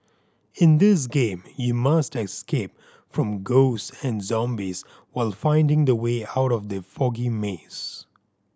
in this game you must escape from ghosts and zombies while finding the way out of the foggy maze